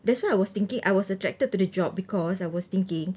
that's why I was thinking I was attracted to the job because I was thinking